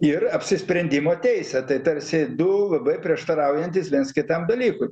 ir apsisprendimo teisė tai tarsi du labai prieštaraujantys viens kitam dalykui